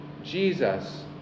Jesus